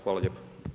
Hvala lijepo.